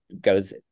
goes